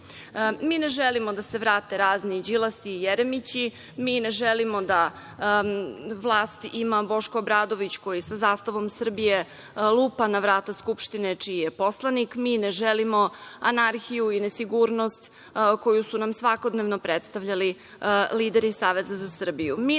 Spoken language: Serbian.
ne želimo da se vrate razni Đilasi i Jeremići, mi ne želimo da vlast ima Boško Obradović, koji sa zastavom Srbije lupa na vrata Skupštine čiji je poslanik, mi ne želimo anarhiju i nesigurnost, koju su nam svakodnevno predstavljali lideri Saveza za Srbiju. Mi